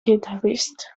guitarist